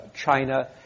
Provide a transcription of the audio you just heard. China